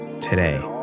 today